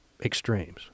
extremes